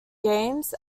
games